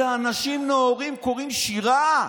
אלה אנשים נאורים, קוראים שירה.